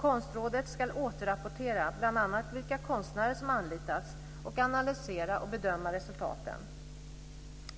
Konstrådet ska återrapportera bl.a. vilka konstnärer som anlitats och analysera och bedöma resultaten.